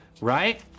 right